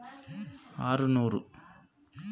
ಉಳಿತಾಯ ಖಾತೆಗೆ ಎಷ್ಟು ಕಡಿಮೆ ರೊಕ್ಕ ಇಡಬೇಕರಿ?